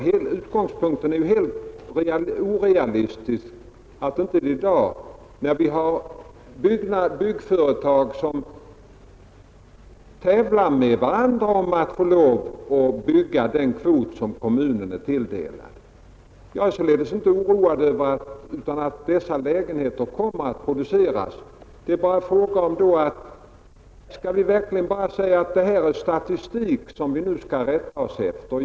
Ett sådant förmodande är helt orealistiskt, när vi i dag har byggföretag som tävlar med varandra om att få lov att bygga den kvot som kommunen är tilldelad. Jag är således inte orolig för att det programerade antalet lägenheter inte skulle komma att produceras. Frågan är bara: Skall vi göra våra värderingar enbart på bristfällig statistik?